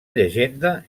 llegenda